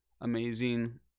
amazing